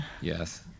yes